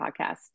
podcast